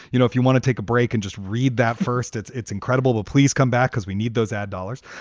you know, if you want to take a break and just read that first, it's it's incredible. but please come back because we need those ad dollars.